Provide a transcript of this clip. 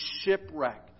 shipwreck